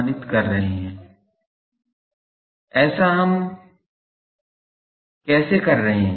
हम ऐसा कैसे कर रहे हैं